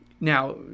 Now